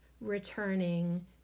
returning